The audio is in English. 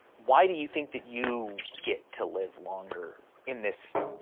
why do you think that you get to live longer in this?